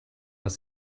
was